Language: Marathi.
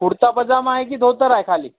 कुडता पजामा आहे की धोतर आहे खाली